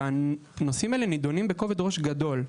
והנושאים האלה נידונים בכובד ראש גדול.